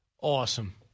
Awesome